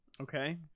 Okay